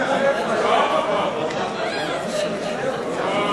להסיר מסדר-היום את הצעת חוק לתיקון פקודת מס הכנסה